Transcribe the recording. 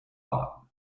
warten